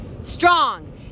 Strong